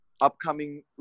upcoming